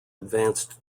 advanced